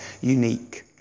unique